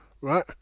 Right